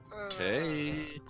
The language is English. Okay